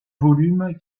volume